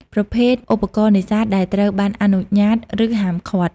ប្រភេទឧបករណ៍នេសាទដែលត្រូវបានអនុញ្ញាត ឬហាមឃាត់។